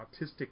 autistic